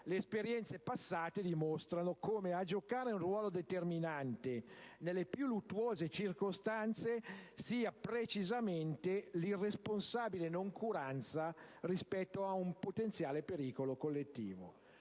le esperienze passate dimostrano come a giocare un ruolo determinante nelle più luttuose circostanze sia precisamente l'irresponsabile noncuranza rispetto a un potenziale pericolo collettivo.